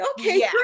okay